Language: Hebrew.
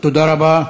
תודה רבה.